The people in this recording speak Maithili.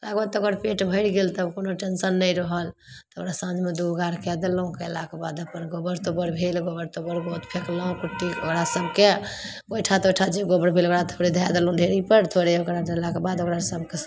खएलाके बाद तऽ ओकर पेट भरि गेल तब कोनो टेन्शन नहि रहल तऽ ओकरा साँझमे दुहि गाड़िके देलहुँ कएलाके बाद अपन गोबर तोबर भेल गोबर तोबर बहुत फेकलहुँ कुट्टी ओकरा सबके गोइठा तोइठा जे गोबर भेल ओकरा थोड़े धै देलहुँ ढेरीपर थोड़े ओकरा देलाके बाद ओकरा सबके